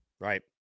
right